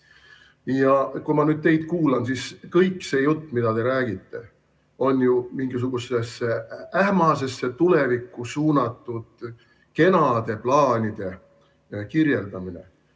Kui ma nüüd teid kuulan, siis kõik see jutt, mida te räägite, on ju mingisugusesse ähmasesse tulevikku suunatud kenade plaanide kirjeldamine.